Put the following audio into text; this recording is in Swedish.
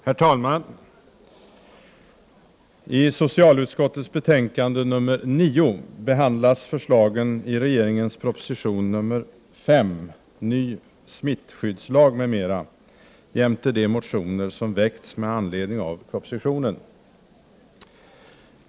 Herr talman! I socialutskottets betänkande nr 9 behandlas förslagen i regeringens proposition nr 5, Ny smittskyddslag m.m., jämte de motioner som väckts med anledning av propositionen.